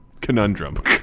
Conundrum